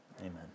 Amen